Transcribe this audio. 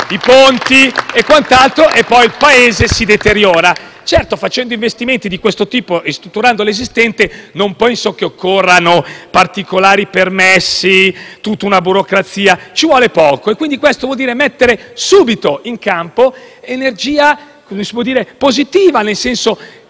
i ponti, e poi il Paese si deteriora. Facendo investimenti di questo tipo e ristrutturando l'esistente, non penso che occorrano particolari permessi, tutta una burocrazia; ci vuole poco. E, quindi, questo vuol dire mettere subito in campo energia per così dire positiva: le